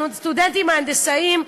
הסטודנטים ההנדסאים,